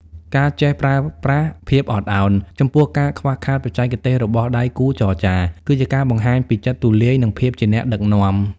ការចេះប្រើប្រាស់ "ភាពអត់ឱន" ចំពោះការខ្វះខាតបច្ចេកទេសរបស់ដៃគូចរចា គឺជាការបង្ហាញពីចិត្តទូលាយ និងភាពជាអ្នកដឹកនាំ។